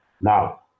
Now